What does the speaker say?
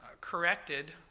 corrected